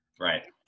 Right